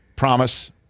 promise